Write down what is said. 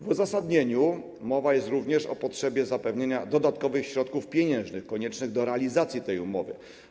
W uzasadnieniu mowa jest również o potrzebie zapewnienia dodatkowych środków pieniężnych koniecznych do realizacji tej umowy.